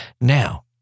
Now